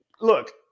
look